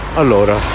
allora